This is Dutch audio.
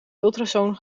ultrasoon